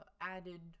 added